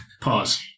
Pause